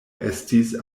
estis